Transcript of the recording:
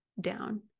down